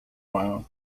while